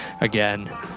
again